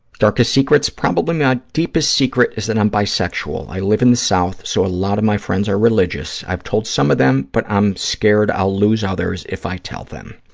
darkest secrets. probably my deepest secret is that i'm bisexual. i live in the south, so a lot of my friends are religious. i've told some of them, but i'm scared i'll lose others if i tell them.